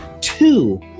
two